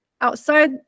outside